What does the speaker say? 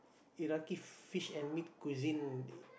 Iraqi fish and meat cuisine